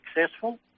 successful